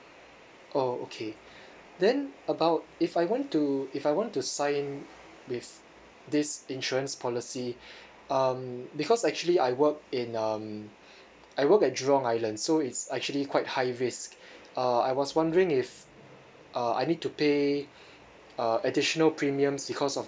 oh okay then about if I want to if I want to sign with this insurance policy um because actually I work in um I work at jurong island so it's actually quite high risk uh I was wondering if uh I need to pay uh additional premiums because of